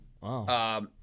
Wow